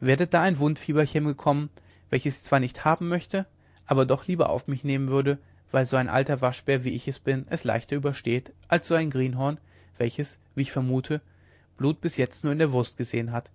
werdet da ein wundfieberchen bekommen welches ich zwar nicht haben möchte aber doch lieber auf mich nehmen würde weil so ein alter waschbär wie ich bin es leichter übersteht als so ein greenhorn welches wie ich vermute blut bis jetzt nur in der wurst gesehen hat